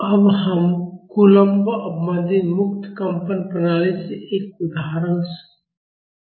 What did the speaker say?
अब हम कूलम्ब अवमंदित मुक्त कंपन प्रणाली में एक उदाहरण समस्या का समाधान करेंगे